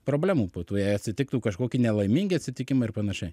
problemų po to jei atsitiktų kažkokie nelaimingi atsitikimai ir panašiai